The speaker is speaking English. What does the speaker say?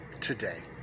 today